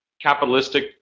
capitalistic